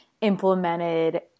implemented